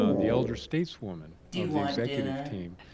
ah the elder stateswoman of the executive team,